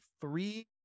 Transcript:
three